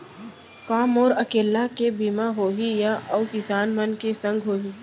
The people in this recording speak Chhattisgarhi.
का मोर अकेल्ला के बीमा होही या अऊ किसान मन के संग होही?